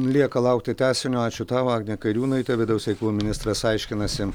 lieka laukti tęsinio ačiū tau agnė kairiūnaitė vidaus reikalų ministras aiškinasi